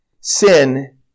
Sin